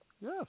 Yes